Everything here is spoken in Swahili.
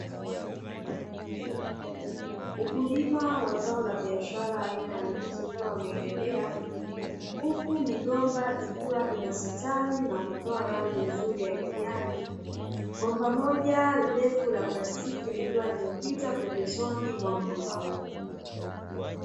Ukulima wa zao la biashara aina ya ndizi ukiwa unaendelea huku migomba ikiwa ina stawi na kutoa rangi ya kijani , bomba moja lirefu la plasitiki likiwa limepita pembezoni mwa mgomba huo.